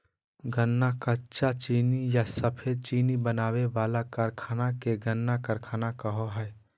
गन्ना कच्चा चीनी या सफेद चीनी बनावे वाला कारखाना के गन्ना कारखाना कहो हइ